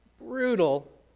brutal